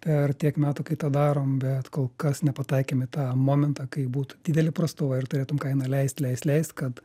per tiek metų kai tą darom bet kol kas nepataikėm į tą momentą kai būtų didelė prastova ir turėtum kainą leist leist leist kad